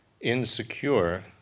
insecure